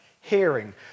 hearing